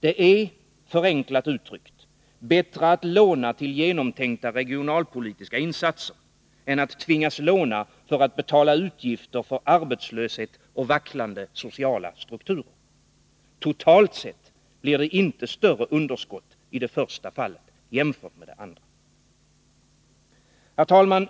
Det är — förenklat uttryckt — bättre att låna till genomtänkta regionalpolitiska insatser än att tvingas låna för att betala utgifter för arbetslöshet och vacklande sociala strukturer. Totalt sett blir det inte större underskott i det första fallet än i det andra. Herr talman!